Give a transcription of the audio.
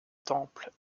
temple